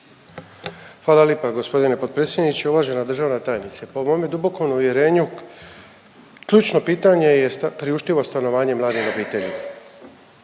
Fala lipa g. potpredsjedniče. Uvažena državna tajnice, po mome dubokom uvjerenju ključno pitanje je priuštivo stanovanje mladim obiteljima.